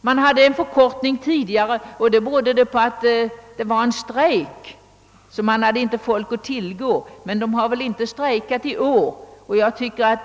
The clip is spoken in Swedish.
Man gjorde tidigare en förkortning i statsverkspropositionen, men det berodde på Sacostrejken. Det har väl inte varit någon strejk i år!